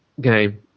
game